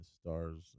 stars